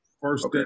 First